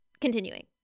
Continuing